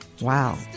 Wow